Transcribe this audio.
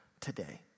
today